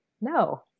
No